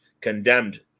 condemned